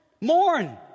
Mourn